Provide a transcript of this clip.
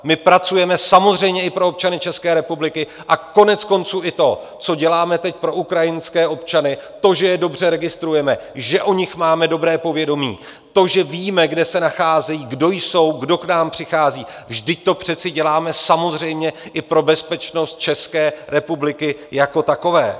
My pracujeme samozřejmě i pro občany České republiky a koneckonců i to, co děláme teď pro ukrajinské občany, to, že je dobře registrujeme, že o nich máme dobré povědomí, to, že víme, kde se nacházejí, kdo jsou, kdo k nám přichází, vždyť to přece děláme samozřejmě i pro bezpečnost České republiky jako takové.